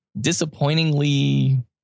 disappointingly